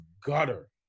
gutter